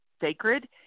sacred